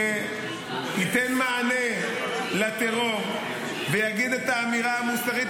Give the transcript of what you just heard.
שייתן מענה לטרור ויגיד את האמירה המוסרית